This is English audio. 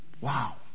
Wow